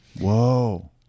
Whoa